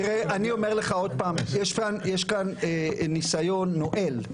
תראה, אני אומר לך עוד פעם: יש כאן ניסיון נואל.